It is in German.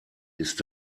ist